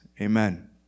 Amen